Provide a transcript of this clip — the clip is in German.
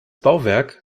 bauwerk